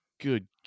Good